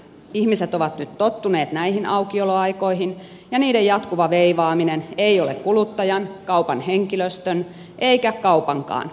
ihmiset ovat nyt tottuneet näihin aukioloaikoihin ja niiden jatkuva veivaaminen ei ole kuluttajan kaupan henkilöstön eikä kaupankaan etu